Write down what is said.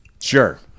Sure